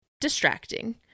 distracting